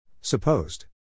Supposed